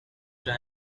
dry